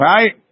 Right